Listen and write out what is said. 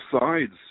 sides